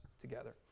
together